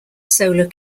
solar